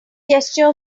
gesture